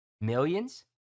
millions